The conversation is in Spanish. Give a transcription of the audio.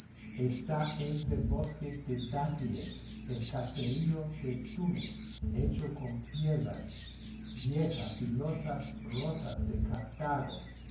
está entre bosques de dátiles el caserío de túnez hecho con piedras viejas y lozas rotas de cartago un